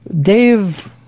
Dave